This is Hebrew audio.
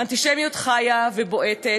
האנטישמיות חיה ובועטת,